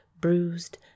bruised